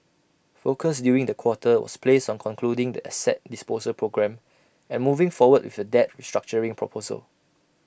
focus during the quarter was placed on concluding the asset disposal programme and moving forward with the debt restructuring proposal